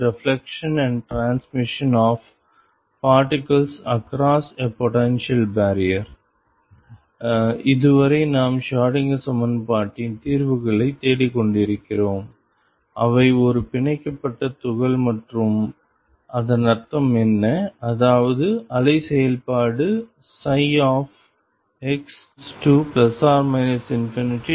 reflection and transmission of particles across a potential barrier இதுவரை நாம் Schrodinger சமன்பாட்டின் தீர்வுகளைத் தேடிக்கொண்டிருக்கிறோம் அவை ஒரு பிணைக்கப்பட்ட துகள் மற்றும் அதன் அர்த்தம் என்ன அதாவது அலை செயல்பாடு x→±∞→0